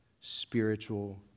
spiritual